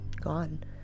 gone